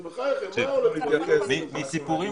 בסדר,